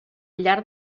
llarg